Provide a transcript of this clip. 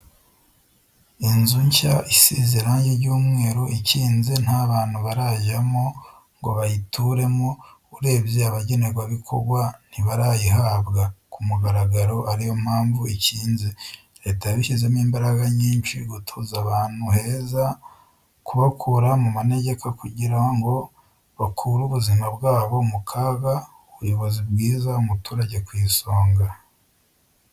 Inzu nshya isize irangi ry'umweru ikinze nta bantu barajyamo ngo bayituremo urebye abagenerwa bikorwa ntibarayihabwa kumugararo ariyo mpamvu ikinze leta yabishyizemo imbaraga nyinshi gutuza abantu heza kubakura mumanegeka kugirango bakure ubuzima bwabo mukaga. ubuyobozi bwiza umuturage kwisonga.